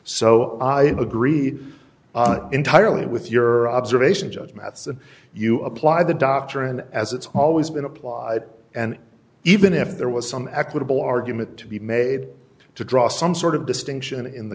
so i agree entirely with your observation judgments of you apply the doctrine as it's always been applied and even if there was some equitable argument to be made to draw some sort of distinction in the